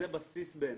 זה הבסיס בעיני.